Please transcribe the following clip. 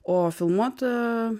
o filmuota